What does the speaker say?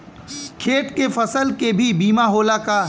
खेत के फसल के भी बीमा होला का?